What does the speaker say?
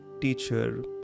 teacher